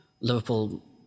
Liverpool